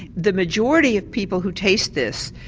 the majority of people who taste this,